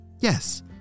Yes